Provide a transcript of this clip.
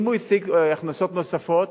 אם הוא השיג הכנסות נוספות,